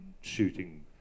shooting